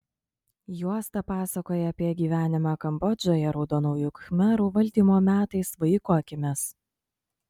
juosta pasakoja apie gyvenimą kambodžoje raudonųjų khmerų valdymo metais vaiko akimis